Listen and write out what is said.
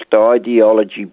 ideology